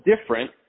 different